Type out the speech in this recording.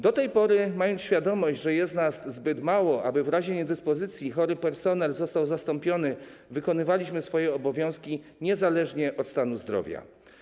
Do tej pory, mając świadomość, że jest nas zbyt mało, aby w razie niedyspozycji chory personel został zastąpiony, wykonywaliśmy swoje obowiązki niezależnie od stanu zdrowia.